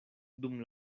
dum